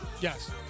Yes